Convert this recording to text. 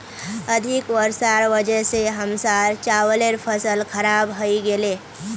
अधिक वर्षार वजह स हमसार चावलेर फसल खराब हइ गेले